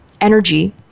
energy